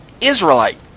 Israelite